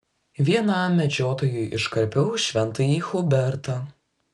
vienam medžiotojui iškarpiau šventąjį hubertą